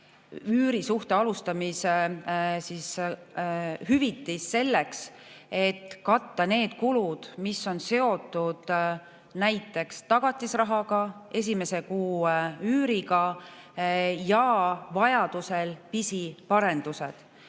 üürisuhte alustamise hüvitis selleks, et katta need kulud, mis on seotud näiteks tagatisrahaga, esimese kuu üüriga ja vajaduse korral pisiparandustega.